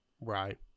right